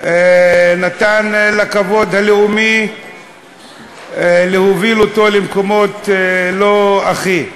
נתן לכבוד הלאומי להוביל אותו למקומות לא הכי.